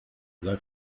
sei